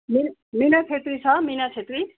मि मिना छेत्री छ मिना छेत्री